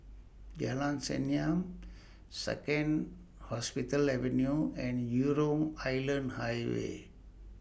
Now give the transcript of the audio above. Jalan Senyum Second Hospital Avenue and Jurong Island Highway